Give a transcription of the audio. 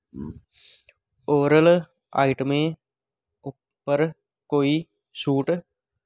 oral आइटमें पर कोई छूट